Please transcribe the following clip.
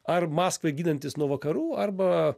ar maskvai ginantis nuo vakarų arba